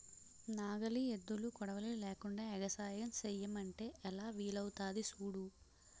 నాగలి, ఎద్దులు, కొడవలి లేకుండ ఎగసాయం సెయ్యమంటే ఎలా వీలవుతాది సూడు